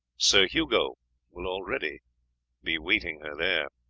sir hugo will already be waiting her there.